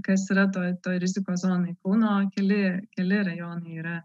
kas yra toj toj rizikos zonoj kauno keli keli rajonai yra